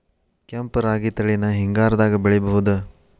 ಕೆಂಪ ರಾಗಿ ತಳಿನ ಹಿಂಗಾರದಾಗ ಬೆಳಿಬಹುದ?